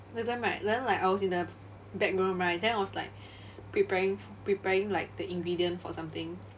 that time right then like I was in the backroom right then I was like preparing preparing like the ingredient for something